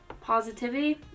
Positivity